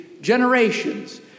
generations